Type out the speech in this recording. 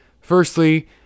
Firstly